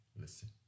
Listen